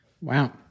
Wow